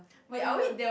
but they were